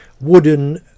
wooden